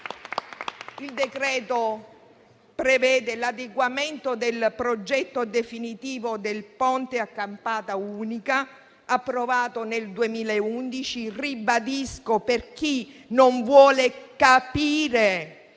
Il decreto prevede che il progetto definitivo del ponte a campata unica approvato nel 2011 (lo ribadisco, per chi non vuole capire: